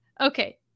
okay